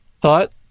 thought